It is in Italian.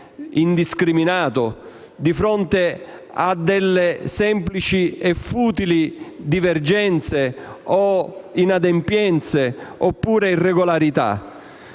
indiscriminato, di fronte a semplici e futili divergenze, inadempienze o irregolarità.